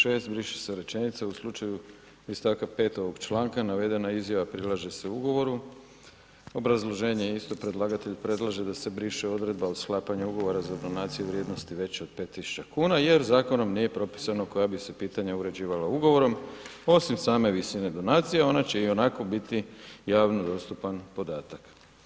6 briše se rečenica „U slučaju iz st. 5 ovog čl. navedena izjava prilaže se ugovoru.“ Obrazloženje je isto, predlagatelj predlaže da se briše odredba o sklapanju ugovora za donacije vrijednosti veće od 5 tisuća kuna jer zakonom nije propisano koja bi se pitanja uređivala ugovorom, osim same visine donacije, ona će ionako biti javno dostupan podatak.